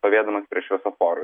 stovėdamas prie šviesoforų